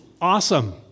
awesome